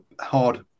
hard